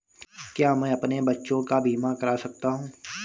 क्या मैं अपने बच्चों का बीमा करा सकता हूँ?